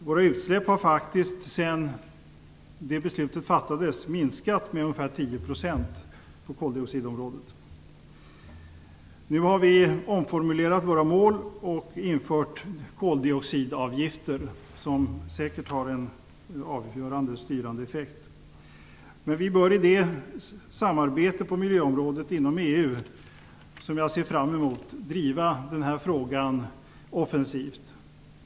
Våra utsläpp på koldioxidområdet har faktiskt minskat med ungefär Vi har nu omformulerat våra mål och infört koldioxidavgifter, som säkert har en avgörande styrande effekt. Vi bör i samarbetet på miljöområdet inom EU, som jag ser fram emot, driva denna fråga offensivt.